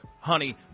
honey